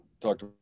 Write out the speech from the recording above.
talked